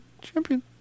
champion